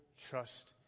trust